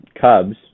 Cubs